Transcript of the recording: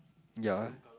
ya